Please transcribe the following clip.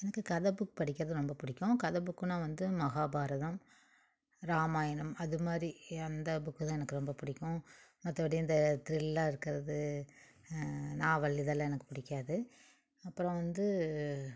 எனக்கு கதை புக் படிக்கிறது ரொம்ப பிடிக்கும் கதை புக்குனால் வந்து மகாபாரதம் ராமாயணம் அது மாதிரி அந்த புக்கு தான் எனக்கு ரொம்ப பிடிக்கும் மற்றபடி இந்த திரில்லா இருக்கிறது நாவல் இதெல்லாம் எனக்கு பிடிக்காது அப்புறம் வந்து